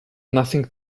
nothing